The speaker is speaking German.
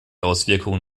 auswirkungen